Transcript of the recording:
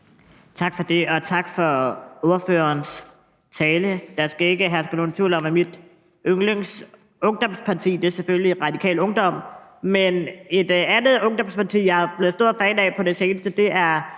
Tak for det, og tak for ordførerens tale. Der skal ikke herske nogen tvivl om, at mit yndlingsungdomsparti selvfølgelig er Radikal Ungdom. Men et andet ungdomsparti, jeg er blevet stor fan af på det seneste, er